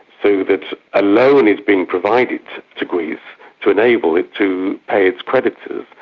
so that a loan is being provided to greece to enable it to pay its creditors.